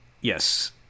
yes